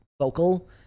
vocal